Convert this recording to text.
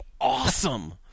awesome